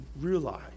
realize